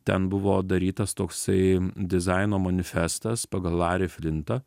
ten buvo darytas toksai dizaino manifestas pagal larį flintą